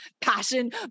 passion